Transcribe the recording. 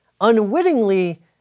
unwittingly